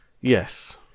Yes